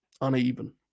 uneven